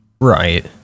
Right